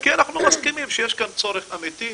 כי אנחנו מסכימים שיש כאן צורך אמיתי,